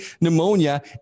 pneumonia